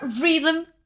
rhythm